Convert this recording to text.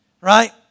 right